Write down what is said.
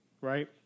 right